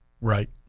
Right